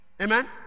Amen